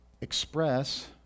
express